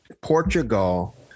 Portugal